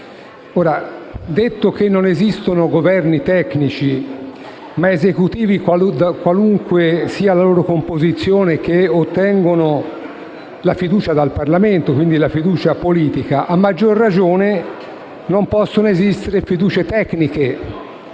Premesso che non esistono Governi tecnici, ma Esecutivi che, qualunque sia la loro composizione, ottengono la fiducia dal Parlamento e, quindi, la fiducia politica, a maggior ragione non possono esistere fiducie tecniche